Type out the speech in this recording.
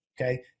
okay